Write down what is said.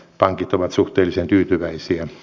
pankit ovat suhteellisen tyytyväisiä